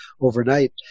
overnight